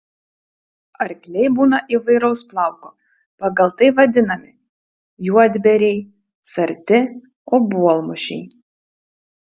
arkliai būna įvairaus plauko pagal tai vadinami juodbėriai sarti obuolmušiai